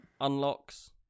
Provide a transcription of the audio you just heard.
Unlocks